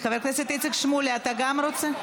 חבר הכנסת שמולי, גם אתה רוצה?